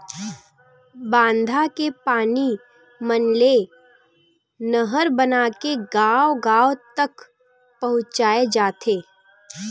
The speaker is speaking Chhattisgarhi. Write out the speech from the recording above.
बांधा के पानी मन ले नहर बनाके गाँव गाँव तक पहुचाए जाथे